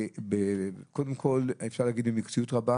קודם כול במקצועיות רבה